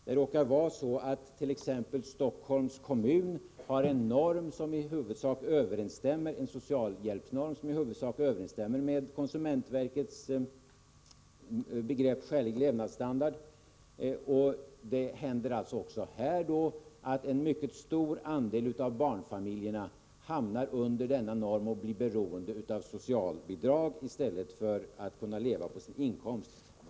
Det råkar vara så att t.ex. Stockholms kommun har en socialhjälpsnorm som i huvudsak överensstämmer med konsumentverkets begrepp ”skälig levnadsstandard”. Det händer alltså också här att en mycket stor andel av barnfamiljerna hamnar under denna norm och blir beroende av socialbidrag i stället för att kunna leva på sin inkomst.